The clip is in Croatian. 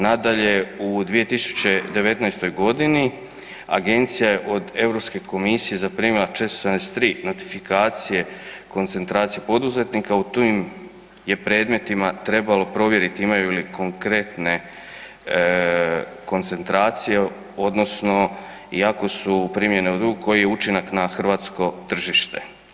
Nadalje, u 2019. g. agencija od Europske komisije zaprimile 473 notifikacije koncentracije poduzetnika, u tim je predmetima trebalo provjeriti imaju li konkretne koncentracije odnosno i ako su primjene ... koji je učinak na hrvatsko tržište.